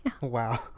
Wow